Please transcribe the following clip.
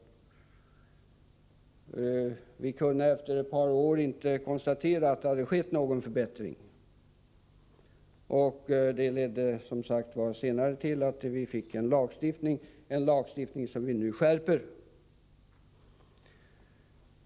Men vi kunde efter ett par år inte konstatera att det hade skett någon förbättring, och det ledde senare till att vi fick en lagstiftning — en lagstiftning som vi nu skärper.